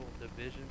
division